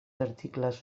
articles